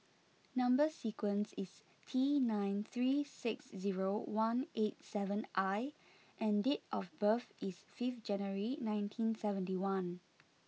number sequence is T nine three six zero one eight seven I and date of birth is fifth January nineteen seventy one